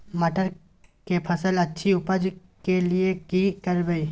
मटर के फसल अछि उपज के लिये की करबै?